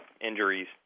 injuries